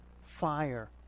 fire